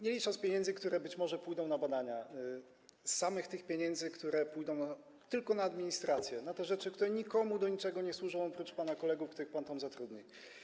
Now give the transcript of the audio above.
Nie licząc pieniędzy, które być może pójdą na badania, chcę powiedzieć, że samych tych pieniędzy, które pójdą tylko na administrację, na te rzeczy, które nikomu do niczego nie służą oprócz pana kolegów, których pan tam zatrudni.